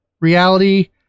reality